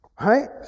right